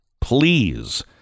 please